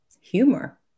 humor